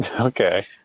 Okay